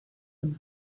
would